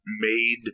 made